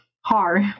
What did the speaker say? hard